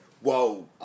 whoa